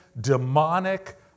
demonic